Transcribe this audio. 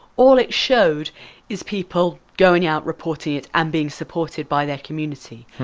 all it showed is people going out, reporting it and being supported by their community.